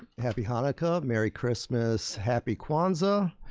happy hanukkah, merry christmas, happy kwanzaa,